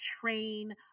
train